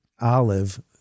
Olive